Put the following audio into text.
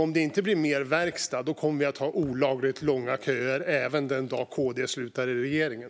Om det inte blir mer verkstad kommer vi att ha olagligt långa köer även den dagen KD slutar i regeringen.